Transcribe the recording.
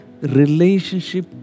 relationship